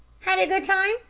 had a good time?